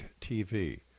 TV